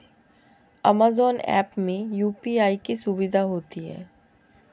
Amazon app में UPI की सुविधा होती है